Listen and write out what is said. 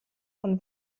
von